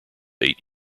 eight